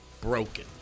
broken